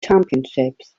championships